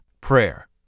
prayer